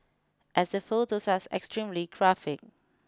as the photos are extremely graphic